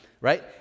right